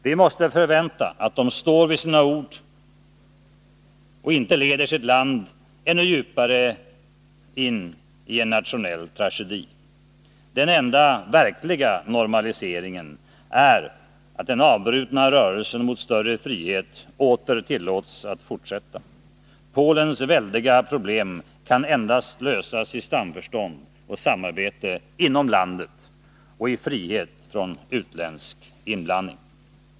Vi måste förvänta att de står vid sitt ord och inte leder sitt land djupare in i en nationell tragedi. Den enda verkliga normaliseringen är att den avbrutna rörelsen mot större frihet åter tillåts att fortsätta. Polens väldiga problem kan endast lösas i samförstånd och samarbete inom landet och i frihet från utländsk inblandning.